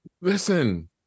Listen